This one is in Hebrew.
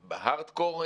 בהרדקור,